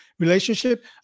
Relationship